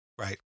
Right